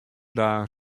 dagen